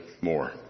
more